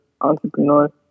entrepreneur